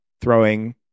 throwing